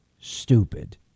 stupid